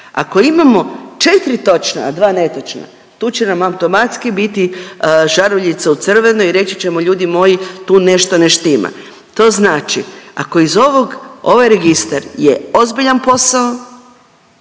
Ako imamo 4 točna, a 2 netočna tu će nam automatski biti žaruljica u crveno i reći ćemo ljudi moji tu nešto ne štima. To znači ako iz ovog, ovaj registar je ozbiljan posao,